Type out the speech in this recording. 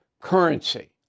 currency